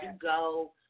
go